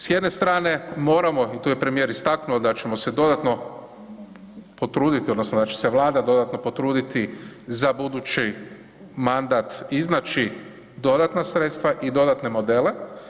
S jedne strane moramo i tu je premijer istaknuo da ćemo se dodatno potruditi odnosno da će se Vlada dodatno potruditi za budući mandat iznaći dodatna sredstva i dodatne modele.